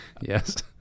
Yes